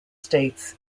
states